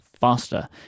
faster